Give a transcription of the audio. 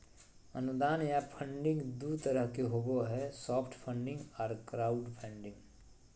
अनुदान या फंडिंग दू तरह के होबो हय सॉफ्ट फंडिंग आर क्राउड फंडिंग